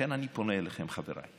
לכן אני פונה אליכם, חבריי,